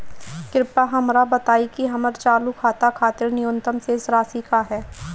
कृपया हमरा बताइं कि हमर चालू खाता खातिर न्यूनतम शेष राशि का ह